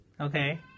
Okay